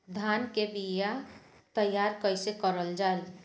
धान के बीया तैयार कैसे करल जाई?